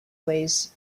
ways